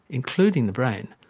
including the brain,